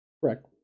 Correct